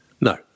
No